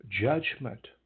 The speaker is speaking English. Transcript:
judgment